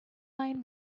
line